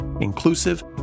inclusive